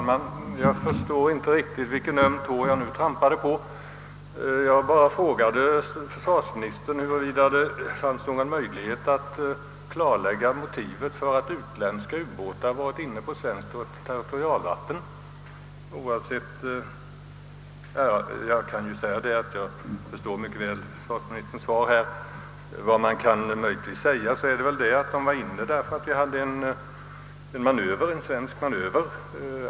Herr talman! Jag förstår inte riktigt vilken öm tå jag nu trampade på. Jag frågade bara försvarsministern, huruvida det fanns någon möjlighet att klarlägga motivet till att utländska ubåtar varit inne på svenskt territorialvatten. Jag förstår väl försvarsministerns svar på den punkten, Vad man möjligtvis kan konstatera är att ubåtarna överskred gränsen därför att vi hade en svensk manöver.